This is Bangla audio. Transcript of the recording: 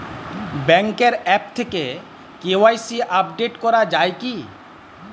ব্যাঙ্কের আ্যপ থেকে কে.ওয়াই.সি আপডেট করা যায় কি?